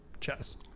chess